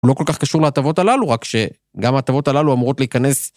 לא כל כך קשור להטבות הללו, רק שגם ההטבות הללו אמורות להיכנס.